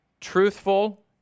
Truthful